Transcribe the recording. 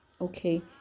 okay